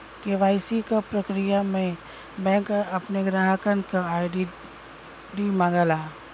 KYC क प्रक्रिया में बैंक अपने ग्राहकन क आई.डी मांगला